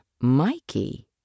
Mikey